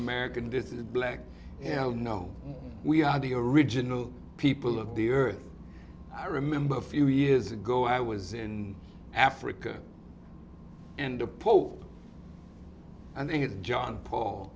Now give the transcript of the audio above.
american this is black yeah no we are the original people of the earth i remember a few years ago i was in africa and the pope i think it's john paul